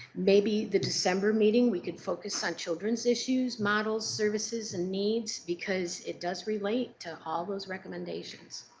maybe the december meeting we can focus on children's issues, models, services, and needs because it does relate to all those recommendations.